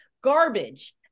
garbage